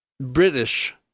British